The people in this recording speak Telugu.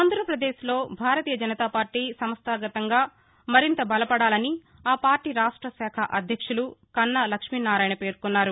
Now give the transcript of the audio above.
ఆంధ్రాపదేశ్లో భారతీయ జనతాపార్టీ సంస్థాగతంగా మరింత బలపడాలని ఆపార్టీ రాష్ట్రశాఖ అధ్యక్షులు కన్నా లక్ష్మీనారాయణ పేర్కొన్నారు